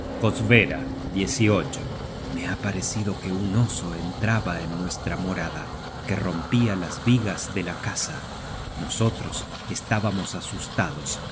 cosa kostbera me ha parecido que un oso entraba en nuestra morada que rompia las vigas de la casa nosotros estábamos asustados porque